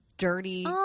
dirty